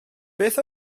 beth